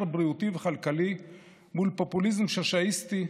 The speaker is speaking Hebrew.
בריאותי וכלכלי מול פופוליזם שאשאיסטי,